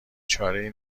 چارهای